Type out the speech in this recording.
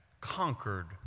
conquered